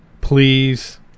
Please